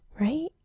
Right